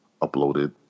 uploaded